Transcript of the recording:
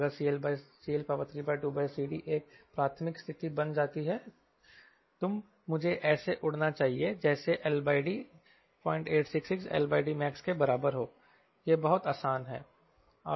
अगर CL32CD एक प्राथमिक स्थिति बन जाती है तुम मुझे ऐसे उड़ना चाहिए जैसे LD 0866LDmax के बराबर होयह बहुत आसान है